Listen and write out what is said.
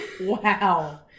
wow